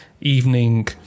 evening